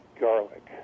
Garlic